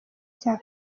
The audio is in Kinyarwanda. cya